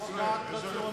איזו רפורמה?